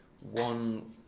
one